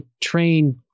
train